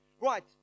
Right